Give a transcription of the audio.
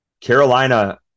Carolina